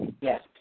Yes